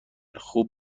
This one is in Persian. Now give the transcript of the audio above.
خوب